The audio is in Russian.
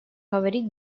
говорить